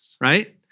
right